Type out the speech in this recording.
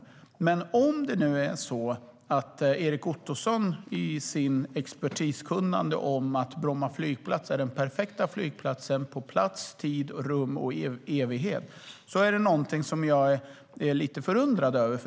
Men om det nu är så att Erik Ottoson med sin expertis och sitt kunnande vet att Bromma flygplats är den perfekta flygplatsen i fråga om plats, i tid och rum och i evighet, är det någonting jag är lite förundrad över.